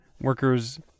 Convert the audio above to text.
workers